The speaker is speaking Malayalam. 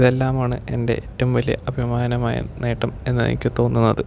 ഇതെല്ലാമാണ് എൻ്റെ ഏറ്റവും വലിയ അഭിമാനമായ നേട്ടം എന്ന് എനിക്ക് തോന്നുന്നത്